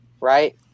right